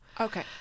Okay